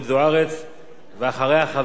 ואחריה, חבר הכנסת ג'מאל זחאלקה.